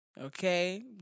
Okay